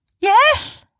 Yes